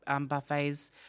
buffets